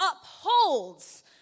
upholds